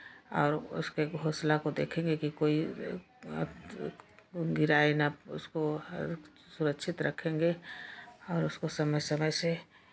और उसके घोंसला को देखेंगे कि कोई गिराएँ ना उसको सुरक्षित रखेंगे और उसको समय समय से